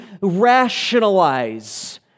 rationalize